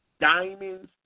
diamonds